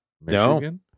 Michigan